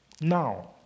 Now